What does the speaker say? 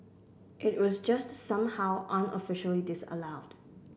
it was just somehow unofficially disallowed